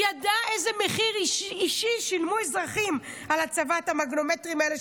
ידע איזה מחיר אישי שילמו אזרחים על הצבת המגנומטרים האלה,